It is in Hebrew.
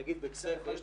נגיד בכסייפה,